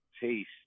taste